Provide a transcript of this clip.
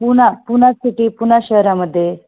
Pune Pune city Pune शहरामध्ये